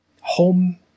Home